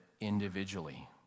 individually